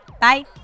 Bye